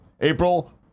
April